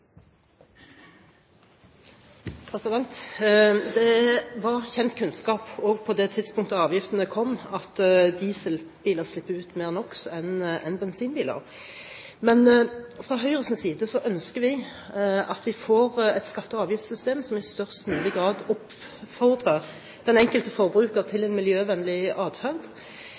Det var kjent kunnskap også på det tidspunktet avgiftene kom, at dieselbiler slipper ut mer NOx enn bensinbiler. Men fra Høyres side ønsker vi et skatte- og avgiftssystem som i størst mulig grad oppfordrer den enkelte forbruker til en miljøvennlig adferd.